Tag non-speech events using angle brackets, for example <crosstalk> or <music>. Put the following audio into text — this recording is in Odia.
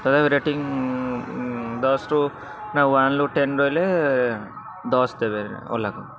<unintelligible> ରେଟିଂ ଦଶରୁ ନା ୱାନ୍ରୁ ଟେନ୍ ରହିଲେ ଦଶ ଦେବେ ଓଲାକୁ